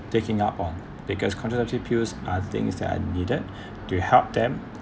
taking up on because contraceptive pills are things that are needed to help them